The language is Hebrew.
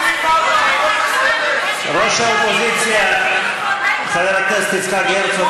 ראש האופוזיציה חבר הכנסת יצחק הרצוג,